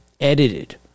edited